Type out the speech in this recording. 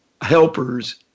helpers